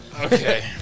Okay